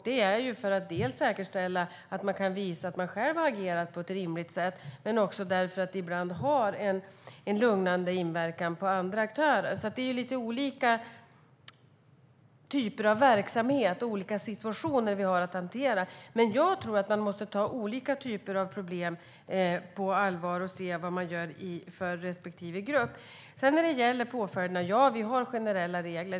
Det gör man för att säkerställa att man kan visa att man själv har agerat på ett rimligt sätt men också för att det ibland har en lugnande inverkan på andra aktörer. Det är alltså lite olika typer av verksamheter och olika situationer vi har att hantera. Men jag tror att man måste ta olika typer av problem på allvar och se vad man gör för respektive grupp. Sedan gäller det påföljderna. Ja, vi har generella regler.